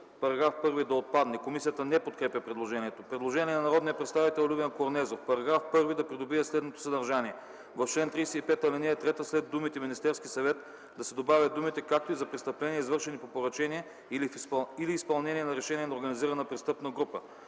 -§ 1 да отпадне. Комисията не подкрепя предложението. Предложение от народния представител Любен Корнезов -§ 1 да придобие следното съдържание: „В чл. 35, ал. 3 след думите „Министерски съвет” да се добавят думите „както и за престъпления, извършени по поръчение или изпълнение на решение на организирана престъпна група”.